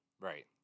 Right